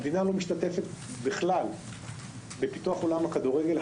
המדינה לא משתתפת בכלל בפיתוח עולם הכדורגל.